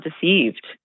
deceived